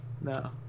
No